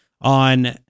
on